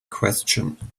question